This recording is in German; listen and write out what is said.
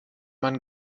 man